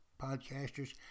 podcasters